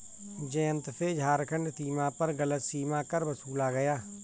जयंत से झारखंड सीमा पर गलत सीमा कर वसूला गया